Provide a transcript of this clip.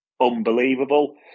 unbelievable